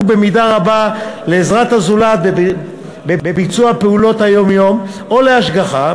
במידה רבה לעזרת הזולת בביצוע פעולות היום-יום או להשגחה,